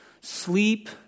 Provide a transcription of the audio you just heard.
sleep